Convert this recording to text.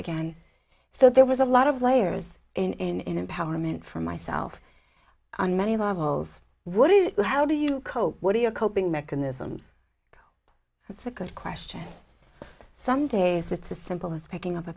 again so there was a lot of layers in empowerment for myself on many levels what do you how do you cope what are your coping mechanisms it's a good question some days it's a simple as picking up a